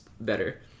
better